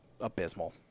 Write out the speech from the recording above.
abysmal